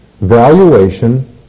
valuation